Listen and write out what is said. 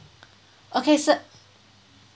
okay sir